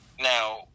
Now